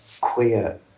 queer